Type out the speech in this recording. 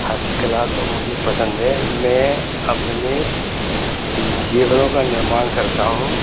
हस्तकला तो मुझे पसंद है मैं अपने जीरणों का निर्माण करता हूँ